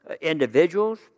individuals